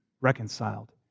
reconciled